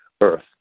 earth